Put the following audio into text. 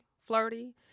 flirty